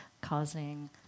causing